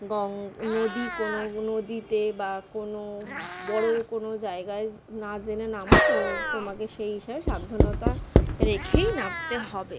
গঙ্গা নদী কোনো নদীতে বা কোনো বড়ো কোনো জায়গায় না জেনে নামো তো তোমাকে সেই হিসাবে সাবধানতা রেখেই নামতে হবে